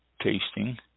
tasting